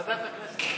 ועדת הכנסת.